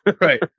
right